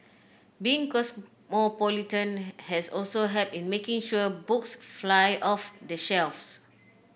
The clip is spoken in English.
being cosmopolitan has also helped in making sure books fly off the shelves